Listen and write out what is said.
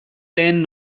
lehen